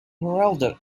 heralded